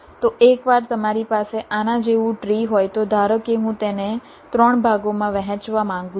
તો એકવાર તમારી પાસે આના જેવું ટ્રી હોય તો ધારો કે હું તેને 3 ભાગોમાં વહેંચવા માંગુ છું